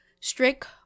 strict